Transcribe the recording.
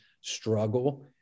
struggle